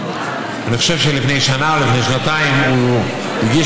אני חושב שלפני שנה או לפני שנתיים הוא הגיש